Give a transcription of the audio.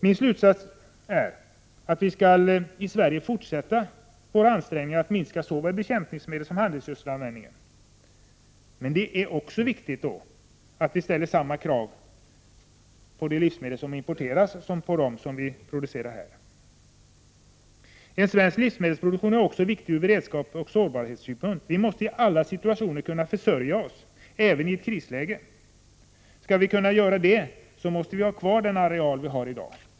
Min slutsats är att vi skall fortsätta våra ansträngningar att minska användningen av såväl bekämpningsmedel som handelsgödsel i Sverige, men det är också viktigt att vi ställer samma krav på de livsmedel som importeras. Svensk livsmedelsproduktion är också viktig ur beredskapsoch sårbarhetssynpunkt. Vi måste i alla situationer kunna försörja oss, även i ett krisläge. Skall vi kunna göra det måste vi ha kvar den åkerareal vi har i dag.